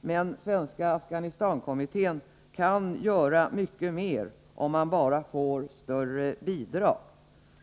Men Svenska afghanistankommittén kan göra mycket mer, om den bara får större bidrag.